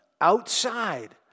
outside